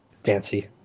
Fancy